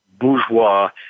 bourgeois